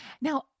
Now